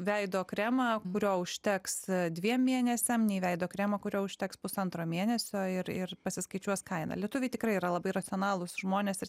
veido kremą kurio užteks dviem mėnesiam nei veido kremą kurio užteks pusantro mėnesio ir ir pasiskaičiuos kainą lietuviai tikrai yra labai racionalūs žmonės ir